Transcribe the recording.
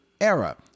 era